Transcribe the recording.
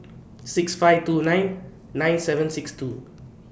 six five two nine nine seven six two